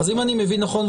אז אם אני מבין נכון,